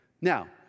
Now